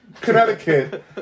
Connecticut